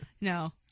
No